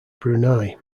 brunei